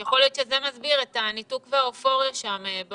יכול להיות שזה מסביר את הניתוק והאופוריה באוצר,